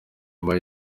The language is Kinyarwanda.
inyuma